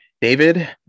David